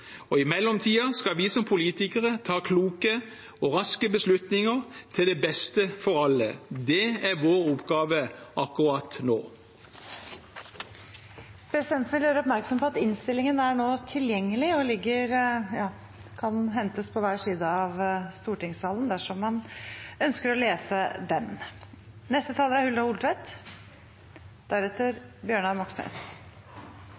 og det vil bli bedre. Og i mellomtiden skal vi som politikere ta kloke og raske beslutninger til beste for alle. Det er vår oppgave akkurat nå. Presidenten vil gjøre oppmerksom på at innstillingen nå er tilgjengelig og kan hentes på hver side av stortingssalen dersom man ønsker å lese den.